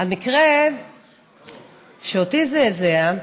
על מקרה שאותי זעזע.